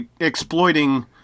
exploiting